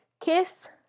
kiss